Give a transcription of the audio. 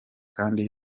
kandi